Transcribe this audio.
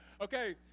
okay